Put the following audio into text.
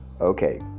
okay